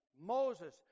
Moses